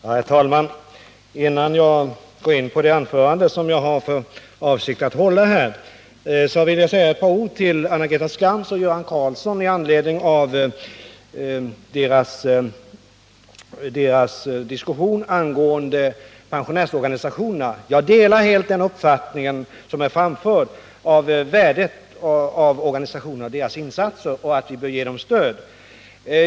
Herr talman! Innan jag går in på det anförande som jag har för avsikt att hålla, vill jag säga ett par ord till Anna-Greta Skantz och Göran Karlsson med anledning av deras diskussion om pensionärsorganisationerna. Jag delar helt den uppfattning som framfördes om värdet av organisationernas insatser. Vi bör ge dem stöd.